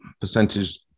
percentage